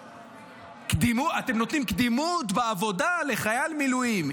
אתם נותנים קדימות בעבודה לחייל מילואים.